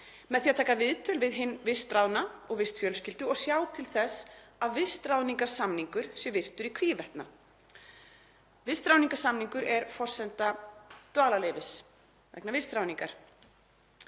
með því að taka viðtöl við hinn vistráðna og vistfjölskyldu og sjá til þess að vistráðningarsamningur sé virtur í hvívetna. Vistráðningarsamningur er forsenda dvalarleyfis vegna vistráðningar.